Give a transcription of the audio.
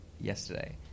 yesterday